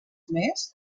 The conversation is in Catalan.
més